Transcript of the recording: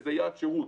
שזה יעד שירות,